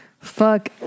Fuck